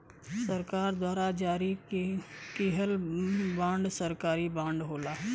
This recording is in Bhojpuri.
सरकार द्वारा जारी किहल बांड सरकारी बांड होला